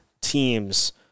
teams